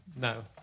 No